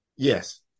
Yes